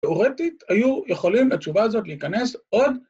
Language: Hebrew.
תיאורטית, היו יכולים לתשובה הזאת להיכנס עוד